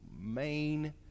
main